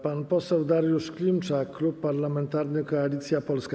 Pan poseł Dariusz Klimczak, Klub Parlamentarny Koalicja Polska.